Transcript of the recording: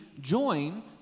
join